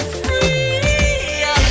free